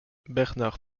bernard